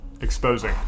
exposing